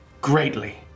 greatly